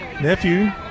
Nephew